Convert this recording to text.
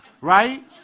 right